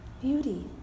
beauty